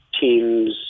teams